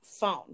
phone